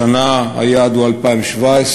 השנה היעד הוא 2,700,